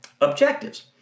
objectives